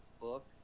book